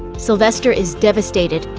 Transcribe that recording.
sylvester is devastated,